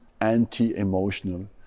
anti-emotional